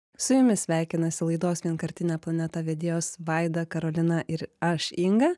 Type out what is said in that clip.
su jumis sveikinasi laidos vienkartinė planeta vedėjos vaida karolina ir aš inga